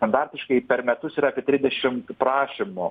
standartiškai per metus yra apie trisdešimt prašymų